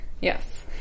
Yes